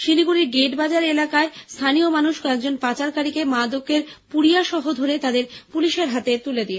Siliguri gate বাজার এলাকায় স্থানীয় মানুষ কয়েকজন পাচারকারীকে মাদকের পুরিয়া সহ ধরে তাদের পুলিশের হাতে তুলে দেয়